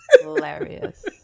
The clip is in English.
hilarious